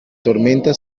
tormenta